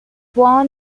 won